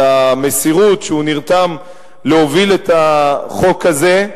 על המסירות שבה הוא נרתם להוביל את החוק הזה,